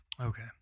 Okay